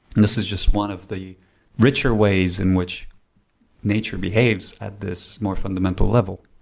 and this is just one of the richer ways in which nature behaves at this more fundamental level